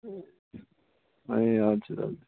ए हजुर हजुर